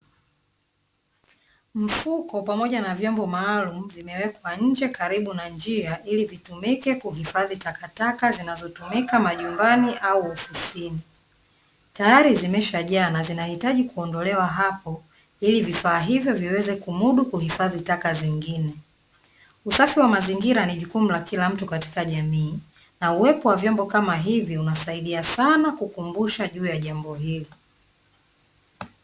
Mfuko pamoja na vyombo maalumu vimewekwa nje karibu na jia ili vitumike kuhifadhi takataka zinazotumika majumbani au ofisini. Tayari zimeshajaa na zinahitaji kuondolewa hapo ili vifaa hivyo viweze kumudu kuhifadhi taka zingine. Usafi wa mazingira ni jukumu la kila mtu katika jamii, na uwepo wa vyombo kama hivi unasaidia sana kukumbusha juu ya jambo hilo.